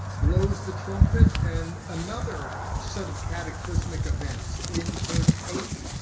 blows the trumpet, and another set of cataclysmic events. in verse eight,